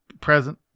Present